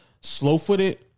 slow-footed